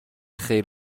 خیر